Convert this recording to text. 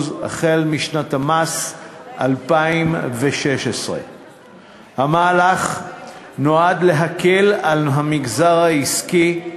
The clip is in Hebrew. החל משנת המס 2016. המהלך נועד להקל על המגזר העסקי,